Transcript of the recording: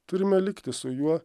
turime likti su juo